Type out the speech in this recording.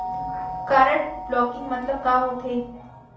Card blocking मतलब का होथे?